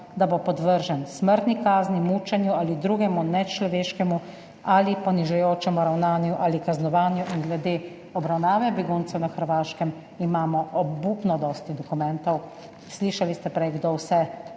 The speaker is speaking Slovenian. da bo podvržen smrtni kazni, mučenju ali drugemu nečloveškemu ali ponižujočemu ravnanju ali kaznovanju. In glede obravnave beguncev na Hrvaškem imamo obupno dosti dokumentov. Slišali ste prej, kdo vse